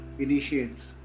initiates